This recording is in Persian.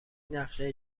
نقشه